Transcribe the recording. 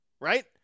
right